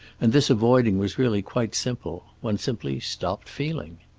and this avoiding was really quite simple. one simply stopped feeling.